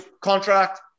contract